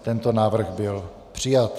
Tento návrh byl přijat.